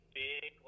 big